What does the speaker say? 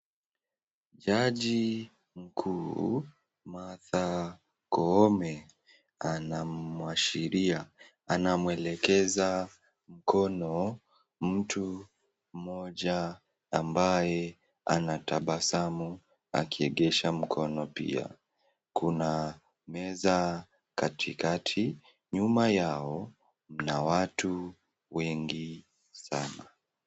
Jaji mkuu Martha Koome, anamwelekeza mkono mtu mmoja ambaye anatabasamu akiegesha mkono pia, kuna meza katikakati, nyuma yao mna watu wengi sana.